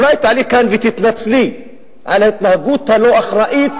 אולי תעלי כאן ותתנצלי על ההתנהגות הלא-אחראית,